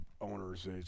Owners